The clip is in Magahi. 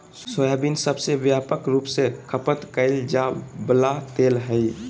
सोयाबीन सबसे व्यापक रूप से खपत कइल जा वला तेल हइ